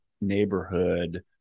neighborhood